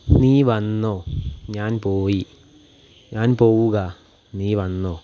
നീ വന്നോ ഞാൻ പോയി ഞാൻ പോവുക നീ വന്നോ